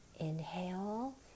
Inhale